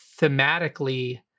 thematically